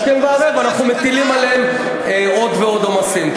כשהשכם והערב אנחנו מטילים עליהם עוד ועוד עומסים.